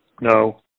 no